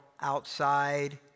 outside